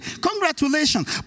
Congratulations